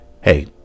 hey